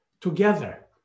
Together